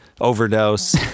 overdose